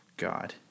God